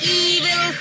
evil